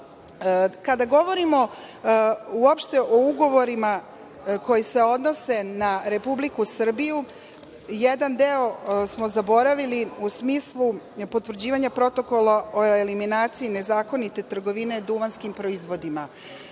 govorimo uopšte o ugovorima koji se odnose na Republiku Srbiju, jedan deo smo zaboravili, u smislu potvrđivanja Protokola o eliminaciji nezakonite trgovine duvanskim proizvodima.